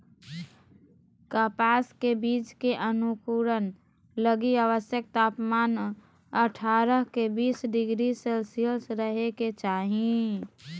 कपास के बीज के अंकुरण लगी आवश्यक तापमान अठारह से बीस डिग्री सेल्शियस रहे के चाही